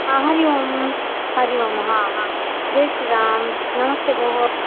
हा हरियोम् हरियोम् हा हा जय् श्रीरां नमस्ते भोः